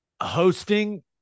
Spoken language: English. hosting